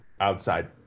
outside